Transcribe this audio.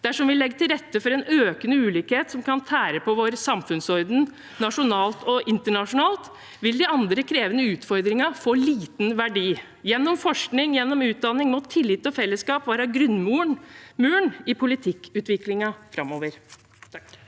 Dersom vi legger til rette for en økende ulikhet som kan tære på vår samfunnsorden nasjonalt og internasjonalt, vil de andre krevende utfordringene få liten verdi. Gjennom forskning og gjennom utdanning må tillit og fellesskap være grunnmuren i politikkutviklingen framover.